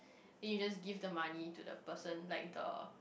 then you just give them money to the person like the